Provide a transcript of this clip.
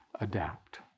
adapt